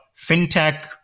fintech